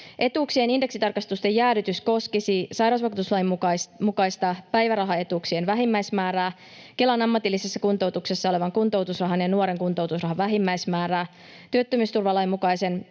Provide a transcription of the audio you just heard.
Etuuksien indeksitarkistusten jäädytys koskisi sairausvakuutuslain mukaista päivärahaetuuksien vähimmäismäärää, Kelan ammatillisessa kuntoutuksessa olevan kuntoutusrahan ja nuoren kuntoutusrahan vähimmäismäärää, työttömyysturvalain mukaisen